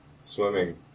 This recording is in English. swimming